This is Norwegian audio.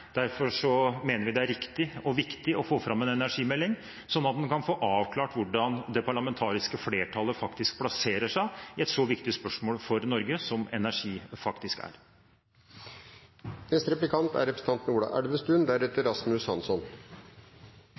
mener vi det er riktig og viktig å få fram en energimelding, sånn at en kan få avklart hvordan det parlamentariske flertallet faktisk plasserer seg i et så viktig spørsmål for Norge som energi faktisk er.